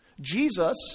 Jesus